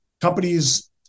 companies